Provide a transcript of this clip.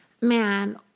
man